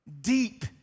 deep